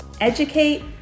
Educate